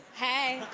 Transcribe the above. hey!